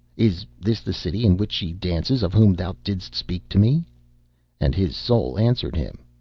is this the city in which she dances of whom thou didst speak to me and his soul answered him,